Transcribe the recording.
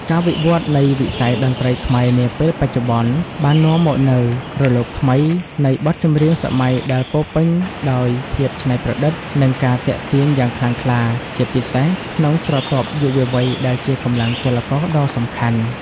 ការវិវត្តនៃវិស័យតន្ត្រីខ្មែរនាពេលបច្ចុប្បន្ន បាននាំមកនូវរលកថ្មីនៃបទចម្រៀងសម័យដែលពោរពេញដោយភាពច្នៃប្រឌិត និងការទាក់ទាញយ៉ាងខ្លាំងក្លា ជាពិសេសក្នុងស្រទាប់យុវវ័យដែលជាកម្លាំងចលករដ៏សំខាន់។